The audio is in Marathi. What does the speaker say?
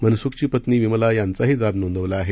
मनसूखची पत्नी विमला यांचाही जाब नोंदवला आहे